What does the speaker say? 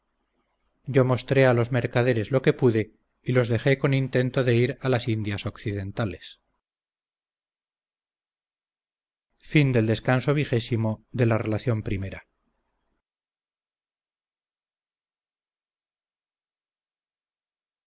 yo mostré a los mercaderes lo que pude y los dejé con intento de ir a las indias occidentales